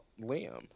Liam